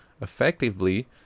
effectively